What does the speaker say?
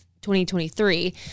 2023